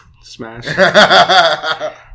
Smash